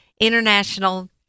international